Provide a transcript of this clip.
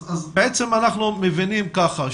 בעצם אנחנו מבינים כך,